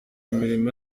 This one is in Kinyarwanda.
imirimo